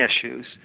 issues